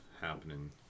happening